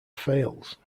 fails